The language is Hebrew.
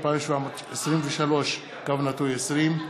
פ/2881/20, פ/2723/20,